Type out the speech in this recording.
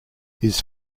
his